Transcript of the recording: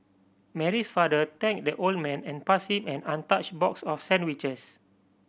Mary's father thanked the old man and passed him an untouched box of sandwiches